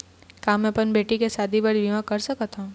का मैं अपन बेटी के शादी बर बीमा कर सकत हव?